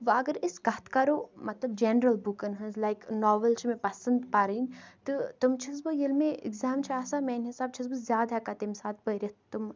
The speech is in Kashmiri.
وَ اگر أسۍ کَتھ کَرَو مطلب جَنرَل بُکَن ہٕنٛز لایِک ناوَل چھ مےٚ پَسنٛد پَرٕنۍ تہٕ تم چھَس بہٕ ییٚلہِ مےٚ اِگزام چھُ آسان میانہِ حِسابہٕ چھَس بہٕ زیادٕ ہیٛکان تمہِ ساتہٕ پٔرِتھ تم